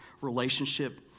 relationship